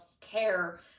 care